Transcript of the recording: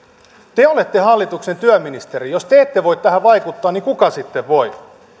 te olette hallituksen työministeri jos te te ette voi tähän vaikuttaa niin kuka sitten voi